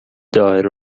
دائره